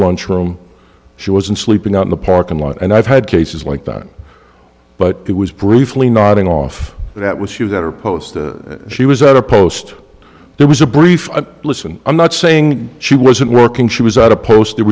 lunchroom she wasn't sleeping out in the parking lot and i've had cases like that but it was briefly nodding off that was you got her post she was at a post there was a brief listen i'm not saying she wasn't working she was out a post there